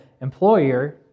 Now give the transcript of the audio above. employer